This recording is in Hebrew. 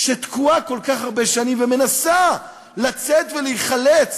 שתקועה כל כך הרבה שנים ומנסה לצאת ולהיחלץ